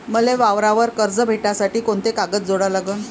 मले वावरावर कर्ज भेटासाठी कोंते कागद जोडा लागन?